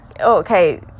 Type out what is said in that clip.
okay